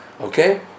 Okay